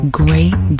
great